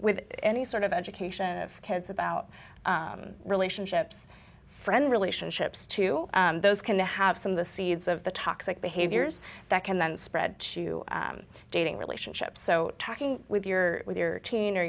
with any sort of education of kids about relationships friends relationships to those can have some of the seeds of the toxic behaviors that can then spread to dating relationships so talking with your with your teen or